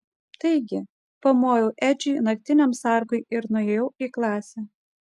taigi pamojau edžiui naktiniam sargui ir nuėjau į klasę